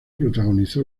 protagonizó